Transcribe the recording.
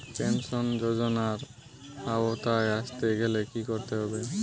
Pension যজোনার আওতায় আসতে গেলে কি করতে হবে?